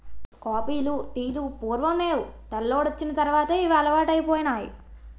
కాపీలు టీలు పూర్వం నేవు తెల్లోడొచ్చిన తర్వాతే ఇవి అలవాటైపోనాయి